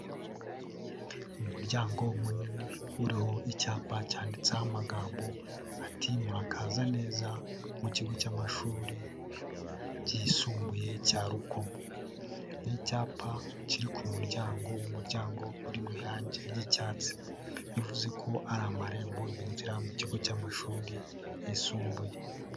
Umuryango munini uriho icyapa cyanditseho amagambo ati "murakaza neza mu kigo cy'amashuri yisumbuye cya Rukomo." Ni icyapa kiri ku muryango, umuryango uri mu irangi ry'icyatsi, bivuze ko ari amarembo yinjira mu kigo cy'amashuri yisumbuye.